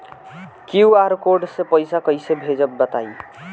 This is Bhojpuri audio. क्यू.आर कोड से पईसा कईसे भेजब बताई?